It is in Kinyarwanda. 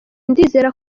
ndizera